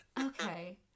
Okay